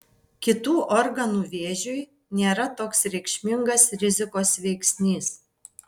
kitų organų vėžiui nėra toks reikšmingas rizikos veiksnys